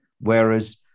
whereas